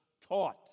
taught